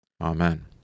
Amen